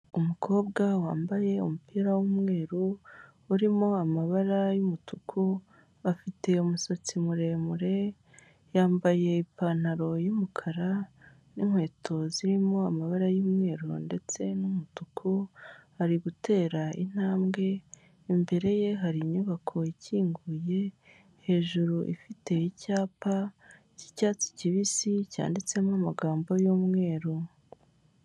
Umukobwa wambaye umupira w'umweru urimo amabara y'umutuku afite umusatsi muremure yambaye ipantaro y'umukara ninkweto zirimo amabara y'umweru ndetse n'umutuku ari gutera intambwe imbere ye hari inyubako ikinguye hejuru ifite icyapa cyicyatsi kibisi cyanditsemo amagambo y'umweru.